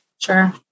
Sure